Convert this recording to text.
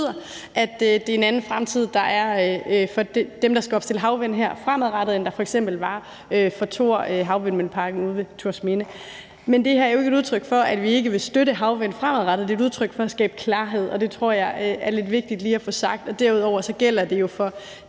bare betyder, at det er en anden fremtid, der er for dem, der skal opstille havvindmøller fremadrettet, end der f.eks. var for Thor Havvindmøllepark ude ved Thorsminde. Men det her er jo ikke et udtryk for, at vi ikke støtte havvind fremadrettet; det er et udtryk for at skabe klarhed, og det tror jeg er lidt vigtigt lige at få sagt. Derudover er det slået